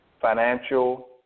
financial